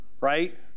right